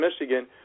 Michigan